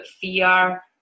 fear